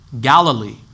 Galilee